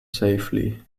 safely